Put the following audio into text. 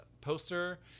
poster